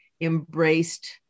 embraced